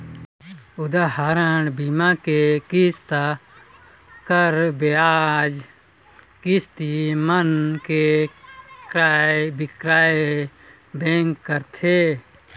उदाहरन, बीमा के किस्त, कर, बियाज, किस्ती मन के क्रय बिक्रय बेंक करथे